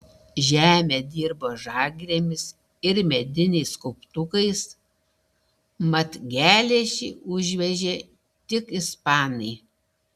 žemę dirbo žagrėmis ir mediniais kauptukais mat geležį užvežė tik ispanai